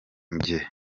njye